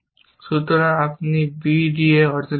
সুতরাং আপনি b d এ অর্জন করেছেন